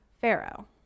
Pharaoh